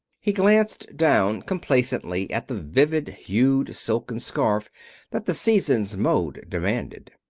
he glanced down complacently at the vivid-hued silken scarf that the season's mode demanded.